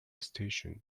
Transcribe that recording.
stations